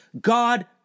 God